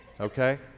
okay